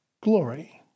glory